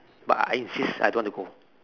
but I I insist I don't want to go